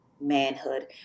Manhood